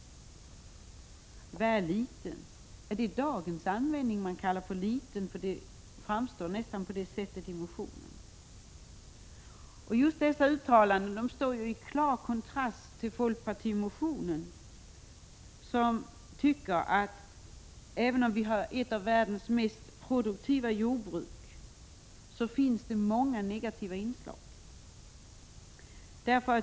Vad är ”liten”? Är det dagens användning man kallar för liten? Det verkar nästan så i motionen. Just dessa uttalanden står i klar kontrast till innehållet i folkpartimotionen. Man säger där att även om vi har ett av världens mest produktiva jordbruk finns det många negativa inslag.